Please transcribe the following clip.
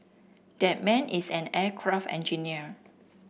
that man is an aircraft engineer